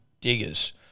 diggers